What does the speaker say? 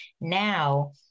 Now